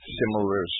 similar